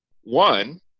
one